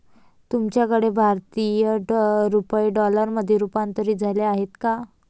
तुमच्याकडे भारतीय रुपये डॉलरमध्ये रूपांतरित झाले आहेत का?